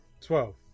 Twelve